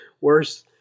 worse